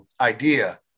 idea